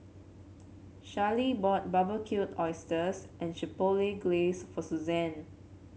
Charly bought Barbecued Oysters and Chipotle Glaze for Suzanne